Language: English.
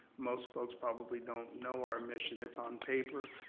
most folks probably don't know our mission. it's on paper,